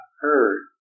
heard